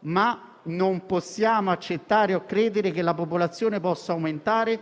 ma non possiamo accettare o credere che la popolazione possa aumentare